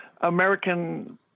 American